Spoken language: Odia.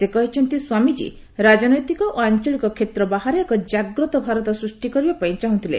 ସେ କହିଛନ୍ତି ସ୍ୱାମୀଜୀ ରାଜନୈତିକ ଓ ଆଞ୍ଚଳିକ କ୍ଷେତ୍ର ବାହାରେ ଏକ କାଗ୍ରତ ଭାରତ ସୃଷ୍ଟି କରିବା ପାଇଁ ଚାହୁଁଥିଲେ